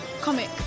comic